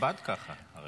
חב"ד ככה הרי.